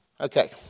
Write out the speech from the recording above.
Okay